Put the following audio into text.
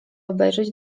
obejrzeć